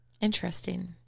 Interesting